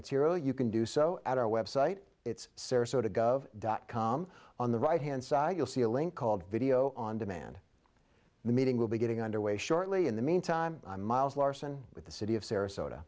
material you can do so at our website it's sarasota gov dot com on the right hand side you'll see a link called video on demand the meeting will be getting under way shortly in the mean time miles larson with the city of sarasota